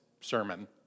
sermon